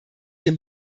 dem